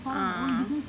ah ah